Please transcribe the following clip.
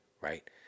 right